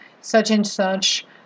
such-and-such